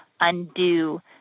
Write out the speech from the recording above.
undo